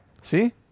See